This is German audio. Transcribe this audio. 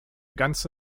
ganze